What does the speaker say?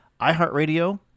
iHeartRadio